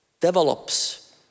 develops